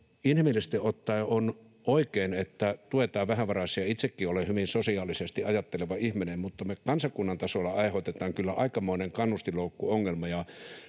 inhimillisesti ottaen on oikein, että tuetaan vähävaraisia — ja itsekin olen hyvin sosiaalisesti ajatteleva ihminen — niin me kansakunnan tasolla aiheutetaan kyllä aikamoinen kannustinloukkuongelma.